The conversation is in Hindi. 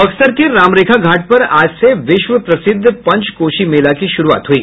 बक्सर के रामरेखा घाट पर आज से विश्व प्रसिद्ध पंचकोशी मेला की शुरूआत हुई